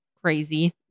crazy